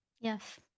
Yes